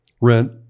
rent